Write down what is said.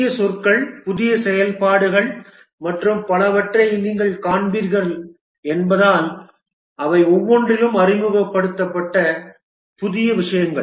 புதிய சொற்கள் புதிய செயல்பாடுகள் மற்றும் பலவற்றை நீங்கள் காண்பீர்கள் என்பதால் அவை ஒவ்வொன்றிலும் அறிமுகப்படுத்தப்பட்ட புதிய விஷயங்கள்